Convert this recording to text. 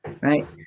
Right